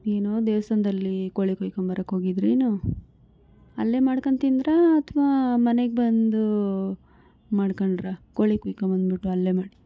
ಏನೂ ದೇವಸ್ಥಾನ್ದಲ್ಲಿ ಕೋಳಿ ಕುಯ್ಕೊಂಬರಕ್ಕೋಗಿದ್ರೇನು ಅಲ್ಲೇ ಮಾಡ್ಕಂಡು ತಿಂದಿರಾ ಅಥ್ವಾ ಮನೆಗೆ ಬಂದು ಮಾಡ್ಕೊಂಡ್ರಾ ಕೋಳಿ ಕುಯ್ಕೊಂಬಂದ್ಬಿಟ್ಟು ಅಲ್ಲೇ ಮಾಡಿ